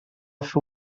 fer